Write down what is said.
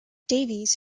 davies